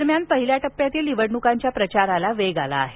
दरम्यान पहिल्या टप्प्यातील निवडणुकांच्या प्रचाराला वेग आला आहे